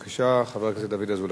בבקשה, חבר הכנסת דוד אזולאי.